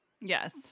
Yes